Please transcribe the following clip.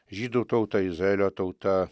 žydų tauta izraelio tauta